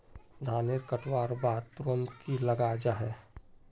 धानेर कटवार बाद तुरंत की लगा जाहा जाहा?